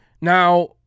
now